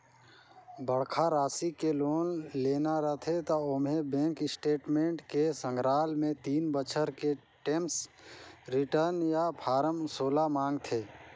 बड़खा रासि के लोन लेना रथे त ओम्हें बेंक स्टेटमेंट के संघराल मे तीन बछर के टेम्स रिर्टन य फारम सोला मांगथे